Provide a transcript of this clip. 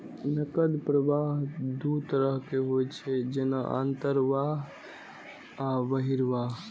नकद प्रवाह दू तरहक होइ छै, जेना अंतर्वाह आ बहिर्वाह